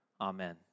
Amen